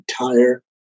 entire